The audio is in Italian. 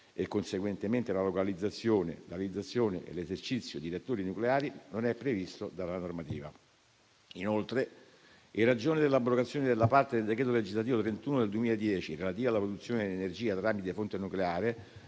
(e conseguentemente la localizzazione, la realizzazione e l'esercizio di reattori nucleari) non è previsto dalla normativa. Inoltre, in ragione dell'abrogazione della parte del decreto legislativo n. 31 del 2010 relativa alla produzione di energia tramite fonte nucleare,